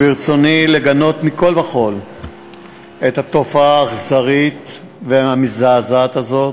ברצוני לגנות מכול וכול את התופעה האכזרית והמזעזעת הזאת,